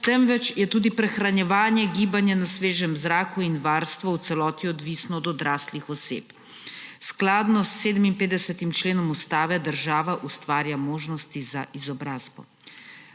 temveč so tudi prehranjevanje, gibanje na svežem zraku in varstvo v celoti odvisni od odraslih oseb. Skladno s 57. členom Ustave država ustvarja možnosti za izobrazbo.